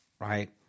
right